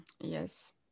Yes